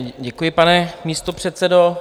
Děkuji, pane místopředsedo.